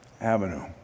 Avenue